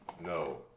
No